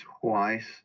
twice